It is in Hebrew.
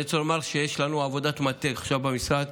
אני רוצה לומר לך שיש לנו עבודת מטה עכשיו במשרד,